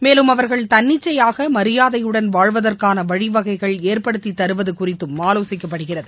மேலும் அவர்கள் தன்னிச்சையாக மரியாதையுடன் வாழ்வதற்கான வழிவகைகள் ஏற்படுத்தித்தருவது குறித்தும் ஆலோசிக்கப்படுகிறது